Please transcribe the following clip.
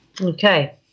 Okay